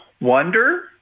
wonder